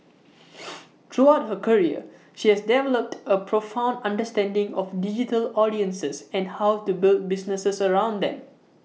throughout her career she has developed A profound understanding of digital audiences and how to build businesses around them